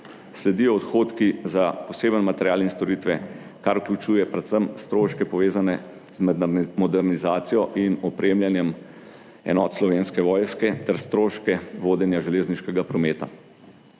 Sledijo odhodki za poseben material in storitve, kar vključuje predvsem stroške, povezane z modernizacijo in opremljanjem enot Slovenske vojske ter stroške vodenja železniškega prometa.